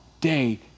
day